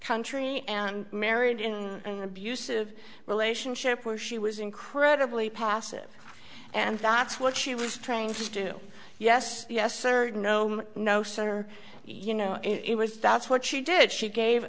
country and married in an abusive relationship where she was incredibly passive and that's what she was trying to do yes yes or no notion or you know it was that's what she did she gave